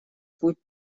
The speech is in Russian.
путь